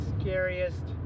scariest